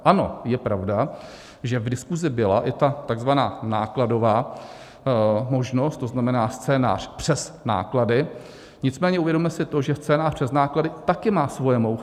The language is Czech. Ano, je pravda, že v diskuzi byla i takzvaná nákladová možnost, to znamená scénář přes náklady, nicméně uvědomme si to, že scénář přes náklady taky má svoje mouchy.